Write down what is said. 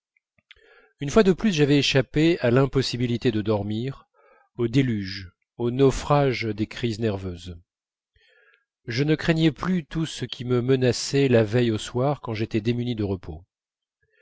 une fois de plus j'avais échappé à l'impossibilité de dormir au déluge au naufrage des crises nerveuses je ne craignais plus du tout ce qui me menaçait la veille au soir quand j'étais démuni de repos